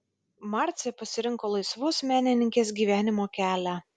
marcė pasirinko laisvos menininkės gyvenimo kelią